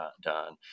done